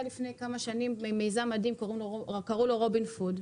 היה לפני כמה שנים מין מיזם מדהים שקראו לו "רובין פוד".